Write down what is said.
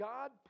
God